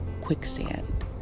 quicksand